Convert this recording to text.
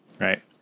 Right